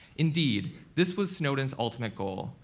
indeed, this was snowden's ultimate goal,